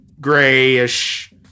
grayish